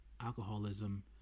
alcoholism